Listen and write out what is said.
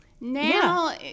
Now